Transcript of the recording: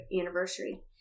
anniversary